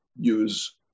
use